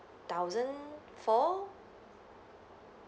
thousand four